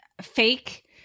fake